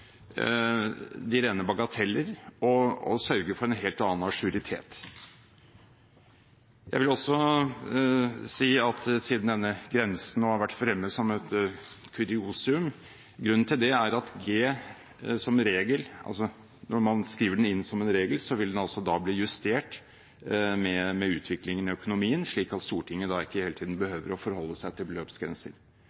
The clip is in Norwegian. de rene bagateller og sørge for en helt annen ajouritet. Jeg vil også si, som et kuriosum siden denne grensen nå har vært fremme: Grunnen til at grensen er 1 G, er at når man skriver det inn som en regel, vil regelen bli justert med utviklingen i økonomien, slik at Stortinget ikke hele tiden